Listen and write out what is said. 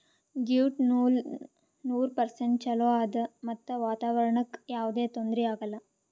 jute ನೂಲ್ ನೂರ್ percent ಚೊಲೋ ಆದ್ ಮತ್ತ್ ವಾತಾವರಣ್ಕ್ ಯಾವದೇ ತೊಂದ್ರಿ ಆಗಲ್ಲ